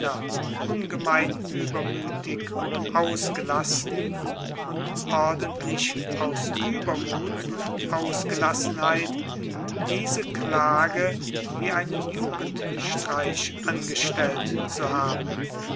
ungemein übermütig und ausgelassen und ordentlich aus übermut und ausgelassenheit diese klage wie einen jugendstreich angestellt zu haben